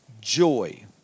joy